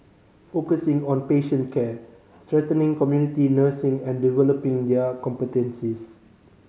focusing on patient care strengthening community nursing and developing their competencies